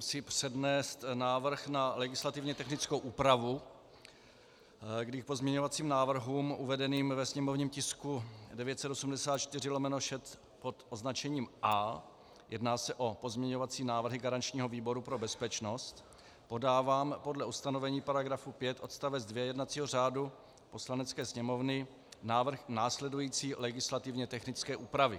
si přednést návrh na legislativně technickou úpravu, kdy k pozměňovacím návrhům uvedeným ve sněmovním tisku 984/6 pod označením A, jedná se o pozměňovací návrhy garančního výboru pro bezpečnost, podávám podle ustanovení § 5 odst. 2 jednacího řádu Poslanecké sněmovny návrh následující legislativně technické úpravy.